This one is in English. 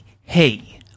Hey